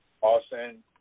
Austin